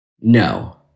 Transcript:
No